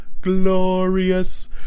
Glorious